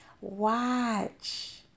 Watch